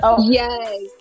Yes